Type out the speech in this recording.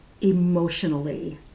emotionally